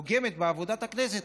פוגמת בעבודת הכנסת,